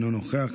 אינו נוכח,